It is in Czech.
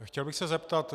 Chtěl bych se zeptat.